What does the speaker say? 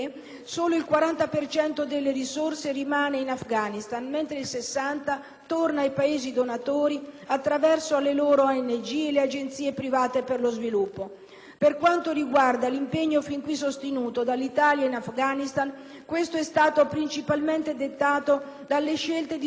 torna ai Paesi donatori attraverso le loro ONG e le agenzie private per lo sviluppo. Per quanto riguarda l'impegno fin qui sostenuto dall'Italia in Afghanistan, questo è stato principalmente dettato dalle scelte di solidarietà transatlantica, piuttosto che da un sentimento di reale interesse nazionale.